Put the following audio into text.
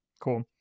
Cool